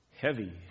Heavy